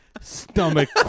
stomach